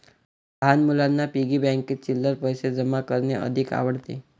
लहान मुलांना पिग्गी बँकेत चिल्लर पैशे जमा करणे अधिक आवडते